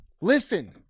listen